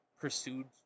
pursued